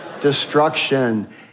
destruction